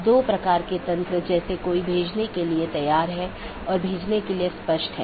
और EBGP में OSPF इस्तेमाल होता हैजबकि IBGP के लिए OSPF और RIP इस्तेमाल होते हैं